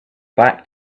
back